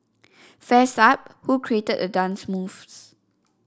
fess up who created a dance moves